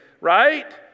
right